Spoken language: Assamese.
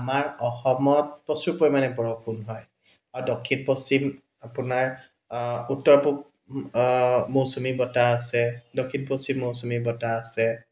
আমাৰ অসমত প্ৰচুৰ পৰিমাণে বৰষুণ হয় আৰু দক্ষিণ পশ্চিম আপোনাৰ উত্তৰ পূৱ মৌচুমী বতাহ আছে দক্ষিণ পশ্চিম মৌচুমী বতাহ আছে